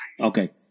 Okay